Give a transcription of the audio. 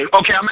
Okay